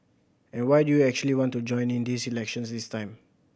and why do you actually want to join in this elections this time